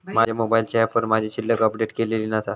माझ्या मोबाईलच्या ऍपवर माझी शिल्लक अपडेट केलेली नसा